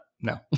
No